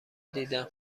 دیدم